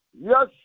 Yes